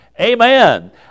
Amen